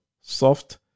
soft